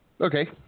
Okay